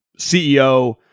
CEO